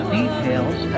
details